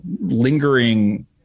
lingering